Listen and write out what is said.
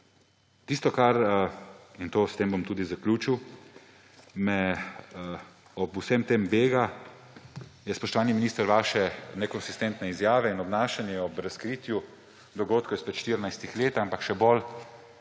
Tisto – in s tem bom tudi zaključil – kar me ob vsem tem bega, so, spoštovani minister, vaše nekonsistentne izjave in obnašanje ob razkritju dogodkov izpred 14 let, še bolj